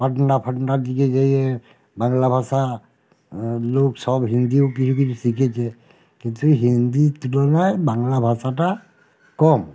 পাটনা ফাটনার দিকে গিয়ে গিয়ে বাংলা ভাষা লোক সব হিন্দিও কিছু কিছু শিখেছে কিন্তু হিন্দির তুলনায় বাংলা ভাষাটা কম